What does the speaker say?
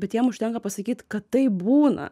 bet jiem užtenka pasakyt kad taip būna